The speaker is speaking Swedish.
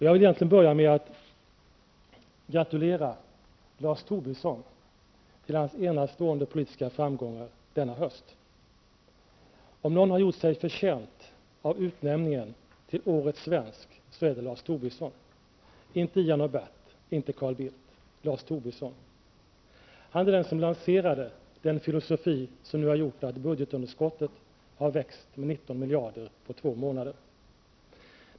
Jag vill egentligen börja med att gratulera Lars Tobisson till hans enastående politiska framgångar denna höst. Om någon har gjort sig förtjänt av att bli utnämnd till årets svensk är det Lars Tobisson -- inte Ian eller Bert och inte heller Carl Bildt, utan just Lars Tobisson. Han är den som lanserat den filosofi som har gjort att budgetunderskottet nu har växt med 19 miljarder på två månader.